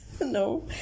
no